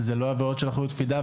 אלה לא עבירות של אחריות קפידה,